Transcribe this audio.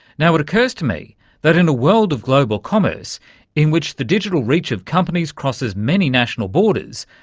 now, it occurs to me that in a world of global commerce in which the digital reach of companies crosses many national borders,